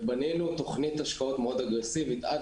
ובנינו תוכנית השקעות מאוד אגרסיבית עד